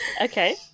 Okay